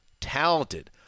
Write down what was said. talented